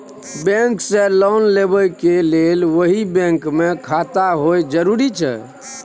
Bank से loan लेबै के लेल वही बैंक मे खाता होय जरुरी छै?